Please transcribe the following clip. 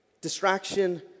Distraction